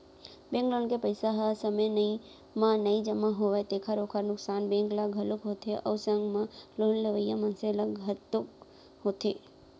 bank loan के पइसा ह समे म नइ जमा होवय तेखर ओखर नुकसान बेंक ल घलोक होथे अउ संग म लोन लेवइया मनसे ल घलोक होथे